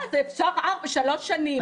אפשר שלוש-ארבע שנים.